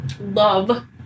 love